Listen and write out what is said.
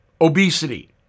obesity